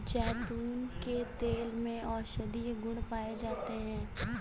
जैतून के तेल में औषधीय गुण पाए जाते हैं